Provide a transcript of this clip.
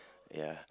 ya